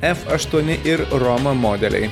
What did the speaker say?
f aštuoni ir roma modeliai